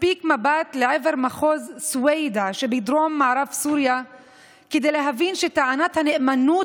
מספיק מבט לעבר מחוז סווידא שבדרום-מערב סוריה כדי להבין שטענת הנאמנות